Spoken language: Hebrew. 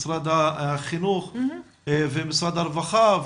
משרד החינוך ומשרד הרווחה,